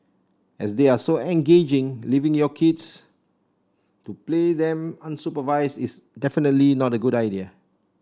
as they are so engaging leaving your kids to play them unsupervised is definitely not a good idea